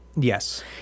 Yes